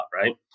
right